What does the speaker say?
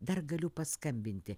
dar galiu paskambinti